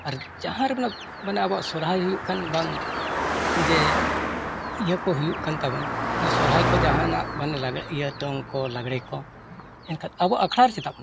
ᱟᱨ ᱡᱟᱦᱟᱸ ᱨᱮᱱᱟᱜ ᱢᱟᱱᱮ ᱟᱵᱚᱣᱟᱜ ᱥᱚᱦᱨᱟᱭ ᱦᱩᱭᱩᱜ ᱠᱟᱱ ᱵᱟᱝ ᱡᱮ ᱤᱭᱟᱹ ᱠᱚ ᱦᱩᱭᱩᱜ ᱠᱟᱱ ᱛᱟᱵᱚᱱ ᱥᱚᱦᱨᱟᱭ ᱠᱚ ᱡᱟᱦᱟᱱᱟᱜ ᱢᱟᱱᱮ ᱞᱟᱜᱽᱬᱮ ᱤᱭᱟᱹ ᱫᱚᱝ ᱠᱚ ᱞᱟᱜᱽᱬᱮ ᱠᱚ ᱮᱱᱠᱷᱟᱱ ᱟᱵᱚ ᱟᱠᱷᱲᱟ ᱪᱮᱫᱟᱜ ᱵᱚᱱ ᱮᱱᱮᱡᱼᱟ